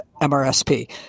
MRSP